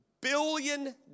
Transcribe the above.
billion